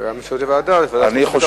ועדה, ועדת החוץ והביטחון.